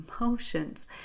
emotions